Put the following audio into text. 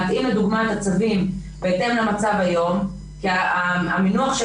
להתאים לדוגמה את הצווים בהתאם למצב היום כי המינוח של